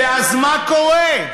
ואז מה קורה?